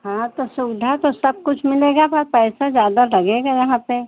हाँ तो सुविधा तो सब कुछ मिलेगी पर पैसा ज़्यादा लगेगा यहाँ पर